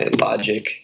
logic